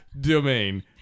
domain